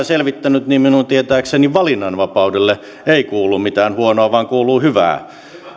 selvittänyt niin minun tietääkseni valinnanvapaudelle ei kuulu mitään huonoa vaan kuuluu hyvää